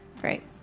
Great